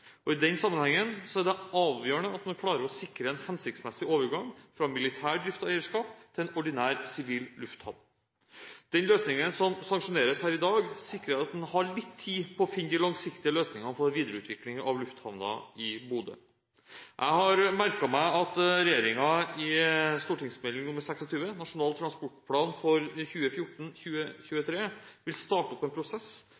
ned. I den sammenhengen er det avgjørende at man klarer å sikre en hensiktsmessig overgang fra militær drift og eierskap til en ordinær sivil lufthavn. Den løsningen som sanksjoneres her i dag, sikrer at en har litt tid til å finne de langsiktige løsningene for videreutvikling av lufthavnen i Bodø. Jeg har merket meg at regjeringen i Meld. St. 26 for 2012–2013, Nasjonal transportplan 2014–2023, vil starte opp en prosess for